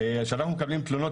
כשאנחנו מקבלים תלונות,